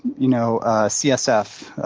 you know, a csf,